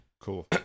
Cool